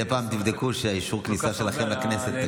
מדי פעם תבדקו שהאישור כניסה שלכם לכנסת תקף.